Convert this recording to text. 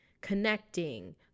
connecting